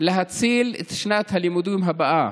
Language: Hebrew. להציל את שנת הלימודים הבאה.